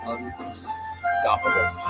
Unstoppable